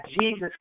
Jesus